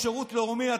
או שירות לאומי,